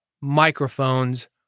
microphones